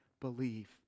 believe